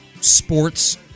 sports